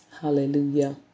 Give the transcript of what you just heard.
hallelujah